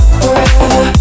forever